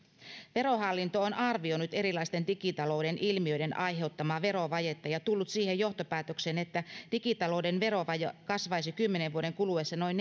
verohallinto on arvioinut erilaisten digitalouden ilmiöiden aiheuttamaa verovajetta ja tullut siihen johtopäätökseen että digitalouden verovaje kasvaisi kymmenen vuoden kuluessa noin